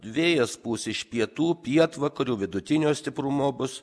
vėjas pūs iš pietų pietvakarių vidutinio stiprumo bus